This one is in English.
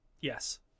Yes